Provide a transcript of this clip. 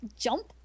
jump